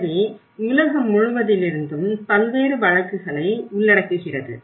எனவே உலகம் முழுவதிலிருந்தும் பல்வேறு வழக்குகளை உள்ளடக்குகிறது